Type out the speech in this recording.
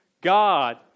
God